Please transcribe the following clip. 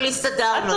אבל הסתדרנו עם זה.